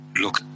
look